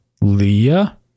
leah